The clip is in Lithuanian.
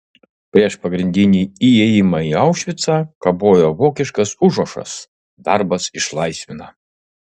prieš pagrindinį įėjimą į aušvicą kabojo vokiškas užrašas darbas išlaisvina